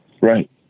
Right